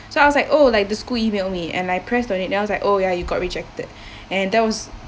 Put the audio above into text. so I was like oh like the school emailed me and I pressed on it then I was like oh ya you got rejected and that was